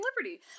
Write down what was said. Liberty